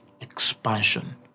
expansion